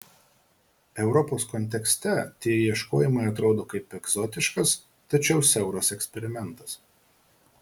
europos kontekste tie ieškojimai atrodo kaip egzotiškas tačiau siauras eksperimentas